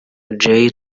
jay